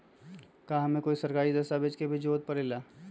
का हमे कोई सरकारी दस्तावेज के भी जरूरत परे ला?